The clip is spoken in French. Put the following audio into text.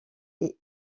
est